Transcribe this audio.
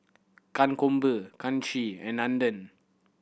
Kankombu Kanshi and Nandan